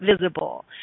visible